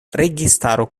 registaro